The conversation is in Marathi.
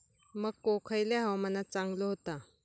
मको खयल्या हवामानात चांगलो होता?